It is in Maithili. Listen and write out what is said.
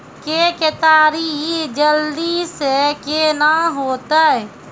के केताड़ी जल्दी से के ना होते?